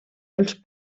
els